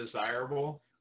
desirable